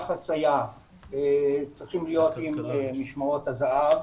החצייה צריכים להיות עם משמרות הזה"ב,